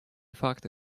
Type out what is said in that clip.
факты